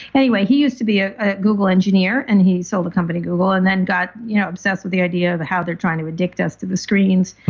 anyway, he used to be a ah google engineer and he sold the company google and then got you know obsessed with the idea of how they're trying to addict us to the screens.